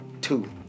two